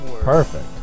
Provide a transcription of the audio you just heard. Perfect